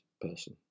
person